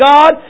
God